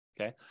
okay